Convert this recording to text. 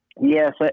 Yes